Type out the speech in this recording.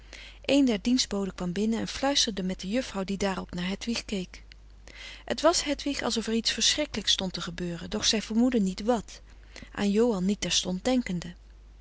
een der dienstboden kwam binnen en fluisterde met de juffrouw die daarop naar hedwig keek het was hedwig alsof er iets verfrederik van eeden van de koele meren des doods schrikkelijks stond te gebeuren doch zij vermoedde niet wat aan johan niet terstond denkende